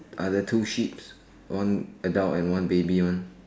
are the two sheeps one adult and one baby one